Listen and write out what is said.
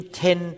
ten